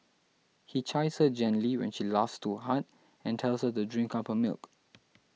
he chides her gently when she laughs too hard and tells her to drink up her milk